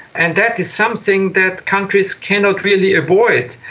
and that is something that countries cannot really avoid,